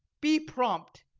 be prompt,